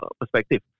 perspective